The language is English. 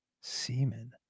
semen